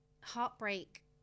heartbreak